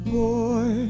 boy